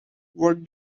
what